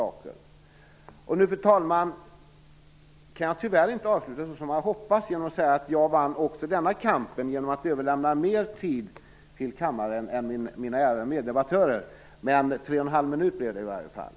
Tyvärr kan jag, fru talman, inte avsluta mitt anförande som jag hade hoppats, med att säga att jag vann också denna kamp, genom att överlämna mer tid till kammaren än mina ärade meddebattörer. Men tre och en halv minut blev det i alla fall.